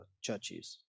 churches